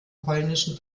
polnischen